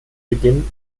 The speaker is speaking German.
beginn